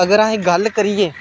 अगर असें गल्ल करिये